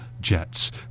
Jets